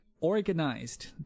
organized